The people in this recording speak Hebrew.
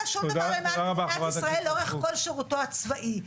שום דבר למען מדינת ישראל לאורך כל שירותו הצבאי.